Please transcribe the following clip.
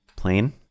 plane